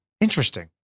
Interesting